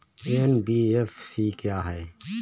NBFC क्या है?